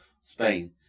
Spain